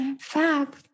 Fab